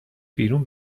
بیرون